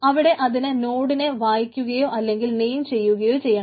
അവിടെ അതിന് നോഡിനെ വായിക്കുകയോ അല്ലെങ്കിൽ നെയിം ചെയ്യുകയോ ചെയ്യണം